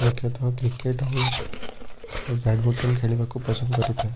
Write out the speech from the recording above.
ମୁଖ୍ୟତଃ କ୍ରିକେଟ୍ ହେଉ ବ୍ୟାଡ଼ମିଣ୍ଟନ ଖେଳିବାକୁ ପସନ୍ଦ କରିଥାଏ